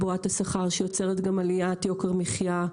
שיוצרת גם עליית יוקר המחייה,